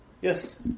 Yes